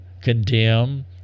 condemn